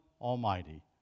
Almighty